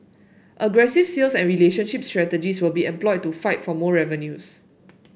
aggressive sales and relationship strategies will be employed to fight for more revenues